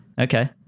okay